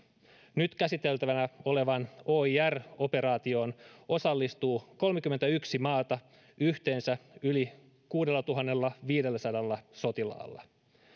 nyt käsiteltävänä olevaan oir operaatioon osallistuu kolmekymmentäyksi maata yhteensä yli kuudellatuhannellaviidelläsadalla sotilaalla